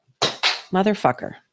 Motherfucker